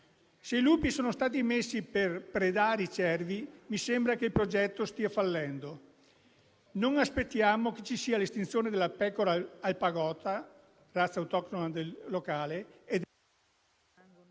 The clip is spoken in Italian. Se i lupi sono stati messi per predare i cervi, mi sembra che il progetto stia fallendo. Non aspettiamo che ci sia l'estinzione della pecora alpagota, razza autoctona locale e...